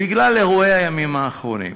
בגלל אירועי הימים האחרונים.